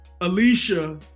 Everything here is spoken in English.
Alicia